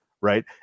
right